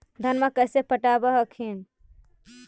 धन्मा कैसे पटब हखिन?